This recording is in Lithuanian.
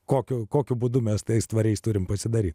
kokio kokiu būdu mes tais tvariais turime pasidaryti